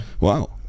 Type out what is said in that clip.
wow